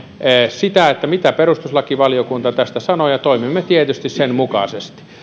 sitä mitä perustuslakivaliokunta tästä sanoo ja toimimme tietysti sen mukaisesti